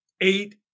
eight